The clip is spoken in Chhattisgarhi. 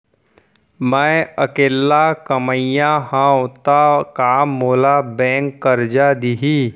मैं अकेल्ला कमईया हव त का मोल बैंक करजा दिही?